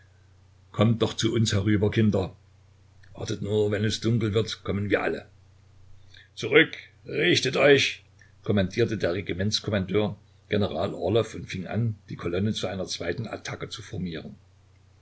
kommt doch zu uns herüber kinder wartet nur wenn es dunkel wird kommen wir alle zurück richtet euch kommandierte der regimentskommandeur general orlow und fing an die kolonne zu einer zweiten attacke zu formieren